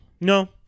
no